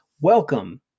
Welcome